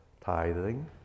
tithing